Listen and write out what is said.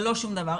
זה לא שום דבר.